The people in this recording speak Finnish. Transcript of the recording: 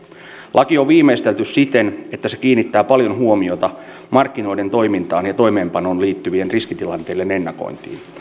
laki on viimeistelty siten että se kiinnittää paljon huomiota markkinoiden toimintaan ja toimeenpanoon liittyvien riskitilanteiden ennakointiin